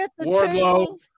Wardlow